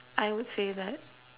I would say that